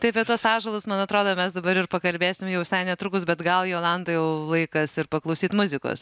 taip tai apie tuos ąžuolus man atrodo mes dabar ir pakalbėsim jau visai netrukus bet gal jolanta jau laikas ir paklausyt muzikos